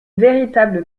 véritable